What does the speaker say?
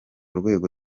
rwego